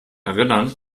erinnern